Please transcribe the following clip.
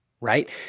right